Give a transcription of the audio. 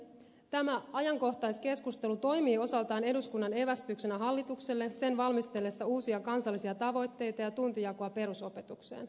tämä ajankohtaiskeskustelu toimii osaltaan eduskunnan evästyksenä hallitukselle sen valmistellessa uusia kansallisia tavoitteita ja tuntijakoa perusopetukseen